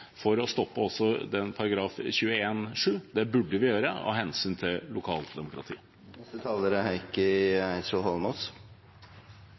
for å stoppe også § 21-7. Det burde vi gjøre av hensyn til